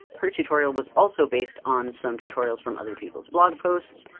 her tutorial was also based on some tutorials from other people's blog posts.